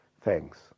thanks